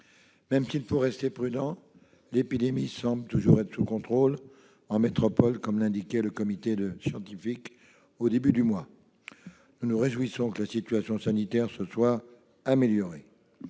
Même s'il faut rester prudent, l'épidémie semble toujours sous contrôle en métropole, comme l'indiquait le comité scientifique au début du mois. Nous nous réjouissons que la situation sanitaire se soit améliorée.